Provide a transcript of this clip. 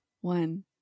one